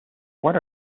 what